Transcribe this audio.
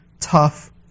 tough